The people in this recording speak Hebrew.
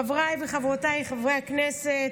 חבריי וחברותיי חברי הכנסת,